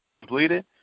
completed